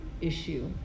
issue